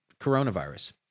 coronavirus